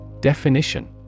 Definition